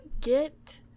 get